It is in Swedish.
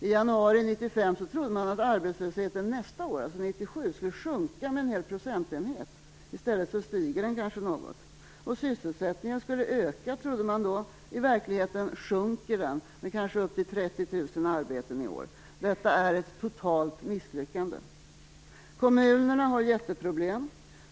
I januari 1995 trodde man att arbetslösheten nästa år, alltså 1997, skulle sjunka med en hel procentenhet. I stället stiger den kanske något. Sysselsättningen skulle öka, trodde man då. I verkligheten sjunker den med kanske upp till 30 000 arbeten i år. Detta är ett totalt misslyckande. Kommunerna har jätteproblem.